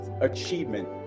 achievement